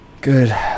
Good